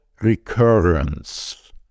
recurrence